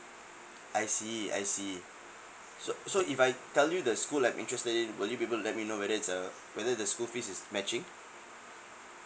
I see I see so so if I tell you the school that I'm interested in will you be able to let me know whether it's uh whether the school fees is matching